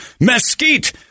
mesquite